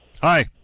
hi